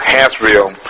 Hansville